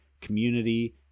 community